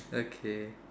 okay